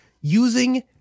using